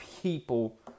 people